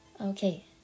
Okay